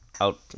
out